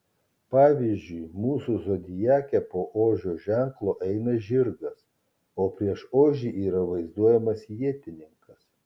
pavyzdžiui mūsų zodiake po ožio ženklo eina žirgas o prieš ožį yra vaizduojamas ietininkas